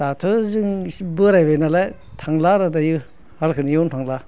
दाथ' जों इसे बोरायबाय नालाय थांला आरो दायो हालखौनो एवनो थांला